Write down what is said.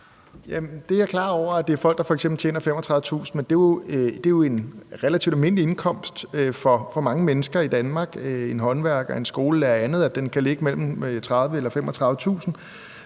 det er folk, der f.eks. tjener 35.000 kr., men det er jo en relativt almindelig indkomst for mange mennesker i Danmark, f.eks. for en håndværker, en skolelærer eller andre. Der ligger den mellem 30.000 og 35.000 kr.